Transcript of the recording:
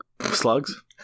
Slugs